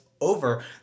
over